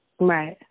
Right